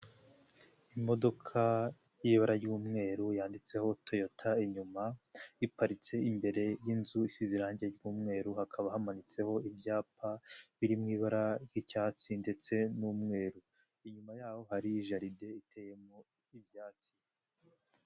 Imodoka y'ibara ry'umweru yanditseho toyota inyuma, iparitse imbere y'inzu isize irangi ry'umweru hakaba hamanitseho ibyapa biri mu ibara ry'icyatsi ndetse n'umweru. Inyuma yaho hari jaride iteyemo ibyatsi.